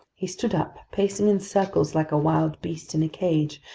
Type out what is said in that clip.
he stood up, pacing in circles like a wild beast in a cage,